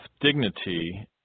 dignity